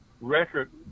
record